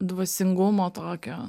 dvasingumo tokio